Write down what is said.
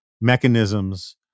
mechanisms